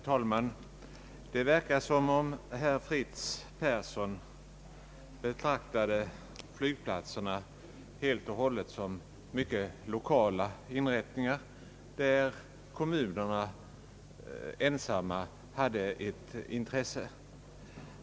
Herr talman! Det verkar som om herr Fritz Persson betraktade flygplatserna uteslutande som lokala inrättningar, där kommunerna ensamma hade ett intresse.